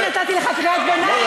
ואני נתתי לך קריאת ביניים,